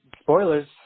spoilers